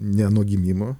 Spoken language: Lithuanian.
ne nuo gimimo